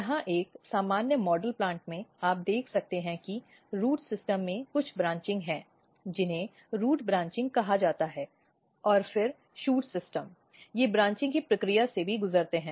यहां एक सामान्य मॉडल प्लांट में आप देख सकते हैं कि रूट सिस्टम में कुछ ब्रांचिंग हैं जिन्हें रूट ब्रांचिंग कहा जाता है और फिर शूट सिस्टम ये ब्रांचिंग की प्रक्रिया से भी गुजरते हैं